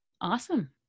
Awesome